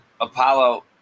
Apollo